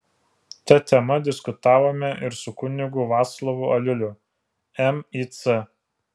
ta tema diskutavome ir su kunigu vaclovu aliuliu mic